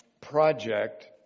project